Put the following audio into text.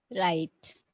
Right